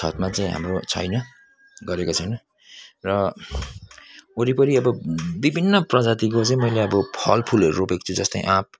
छतमा चाहिँ हाम्रो छैन गरेको छैन र वरिपरी अब विभिन्न प्रजातिको चाहिँ मैले अब फल फुलहरू रोपेको छु जस्तै आँप